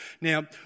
Now